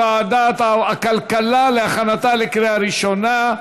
ותועבר לוועדת הכלכלה להכנתה לקריאה ראשונה.